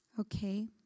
Okay